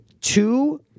two